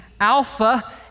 Alpha